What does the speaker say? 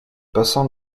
passant